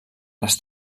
les